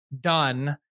done